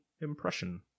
impression